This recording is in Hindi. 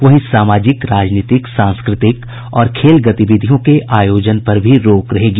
वहीं सामाजिक राजनीतिक सांस्कृतिक और खेल गतिविधियों के आयोजन पर भी रोक रहेगी